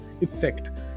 effect